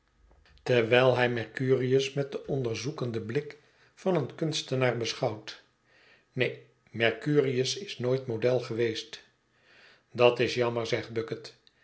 terwijl hij mercurius met den onderzoekenden blik van een kunstenaar beschouwt neen mercurius is nooit model geweest dat is jammer zegt bucket